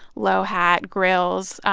low hat, grills,